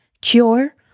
cure